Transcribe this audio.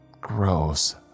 Gross